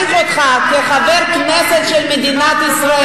אדע להעריך אותך כחבר כנסת של מדינת ישראל.